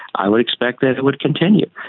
i would expect that it would continue.